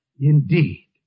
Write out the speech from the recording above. Indeed